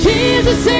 Jesus